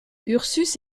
ursus